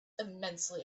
immensely